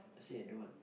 I say I don't